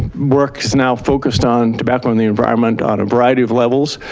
work's now focused on tobacco and the environment on a variety of levels,